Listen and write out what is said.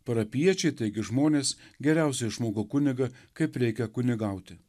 parapiečiai taigi žmonės geriausiai išmoko kunigą kaip reikia kunigauti